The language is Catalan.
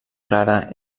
clara